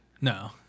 no